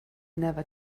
never